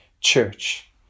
church